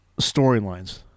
storylines